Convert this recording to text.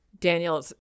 Daniel's